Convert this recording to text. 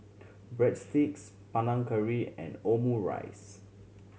Breadsticks Panang Curry and Omurice